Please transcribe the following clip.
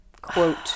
quote